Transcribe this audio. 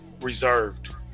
reserved